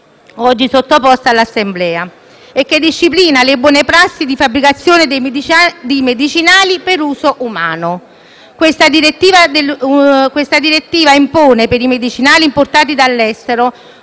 oggi al voto dell'Assemblea, che disciplina le buone prassi di fabbricazione dei medicinali per uso umano. Questa direttiva impone, per i medicinali importati dall'estero,